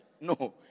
No